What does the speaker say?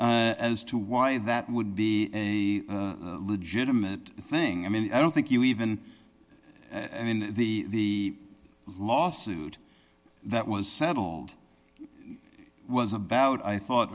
as to why that would be a legitimate thing i mean i don't think you even and in the lawsuit that was settled was about i thought